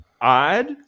odd